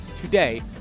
today